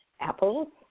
Apples